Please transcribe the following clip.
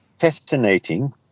fascinating